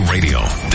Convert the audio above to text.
Radio